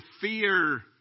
fear